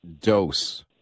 dose